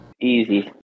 Easy